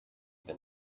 than